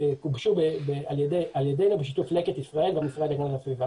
גובשו על ידינו בשיתוף לקט ישראל והמשרד להגנת הסביבה.